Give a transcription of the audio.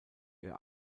ihr